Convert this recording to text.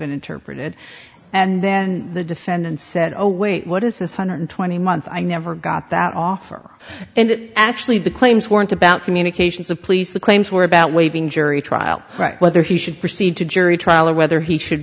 been interpreted and then the defendant said oh wait what is this hundred twenty months i never got that offer and actually the claims weren't about communications of police the claims were about waiving jury trial right whether he should proceed to jury trial or whether he should